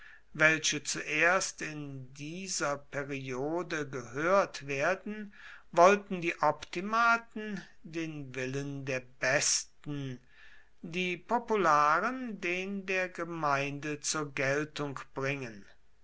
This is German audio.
welche zuerst in dieser periode gehört werden wollten die optimaten den willen der besten die popularen den der gemeinde zur geltung bringen